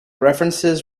references